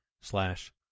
slash